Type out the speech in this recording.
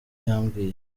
yambwiye